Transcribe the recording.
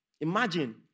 Imagine